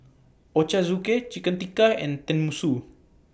Ochazuke Chicken Tikka and Tenmusu